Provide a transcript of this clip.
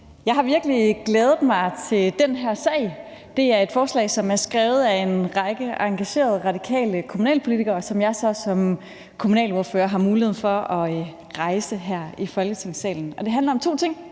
Jeg har virkelig glædet mig til den her sag. Det er et forslag, som er skrevet af en række engagerede radikale kommunalpolitikere, som jeg så som kommunalordfører har mulighed for at rejse her i Folketingssalen. Det handler om to ting,